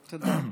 תודה.